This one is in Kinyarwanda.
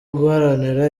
guharanira